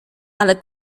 ale